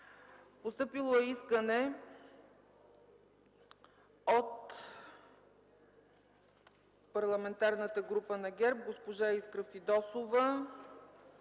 Постъпило е искане от Парламентарната група на ГЕРБ – Искра Фидосова,